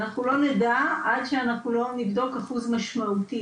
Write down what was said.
אנחנו לא נדע עד שאנחנו לא נבדוק אחוז משמעותי.